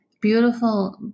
Beautiful